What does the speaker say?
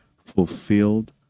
Fulfilled